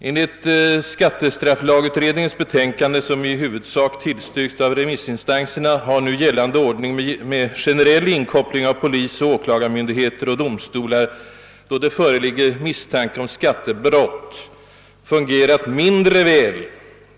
Enligt skattestrafflagutredningens betänkande, som i huvudsak tillstyrkts av remissinstanserna, har nu gällande ordning med generell inkoppling av polisoch åklagarmyndigheter och domstolar, då det föreligger misstanke om skattebrott, fungerat mindre väl.